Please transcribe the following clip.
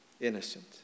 innocent